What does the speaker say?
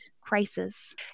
crisis